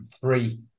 three